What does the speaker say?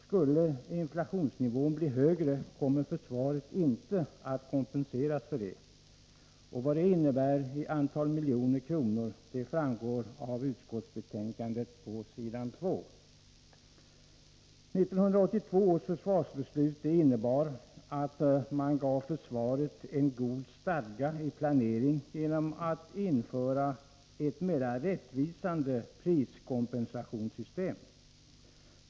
Skulle inflationsnivån bli högre, kommer inte försvaret att kompenseras. Vad detta innebär i miljoner kronor räknat framgår av utskottsbetänkandet på s. 2. 1982 års försvarsbeslut innebar att man gav försvaret en god stadga i planeringen genom att införa ett mera rättvisande priskompensationssystem.